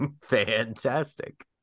Fantastic